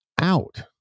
out